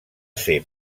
ser